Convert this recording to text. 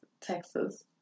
Texas